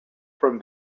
from